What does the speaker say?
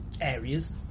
areas